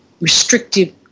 restrictive